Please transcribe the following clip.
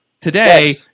Today